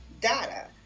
data